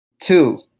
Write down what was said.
Two